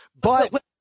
but-